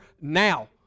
now